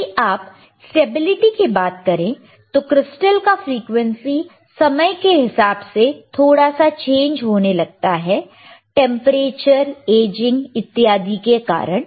यदि आप स्टेबिलिटी की बात करें तो क्रिस्टल का फ्रीक्वेंसी समय के हिसाब से थोड़ा सा चेंज होने लगता है टेंपरेचर एजिंग इत्यादि के कारण